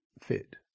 fit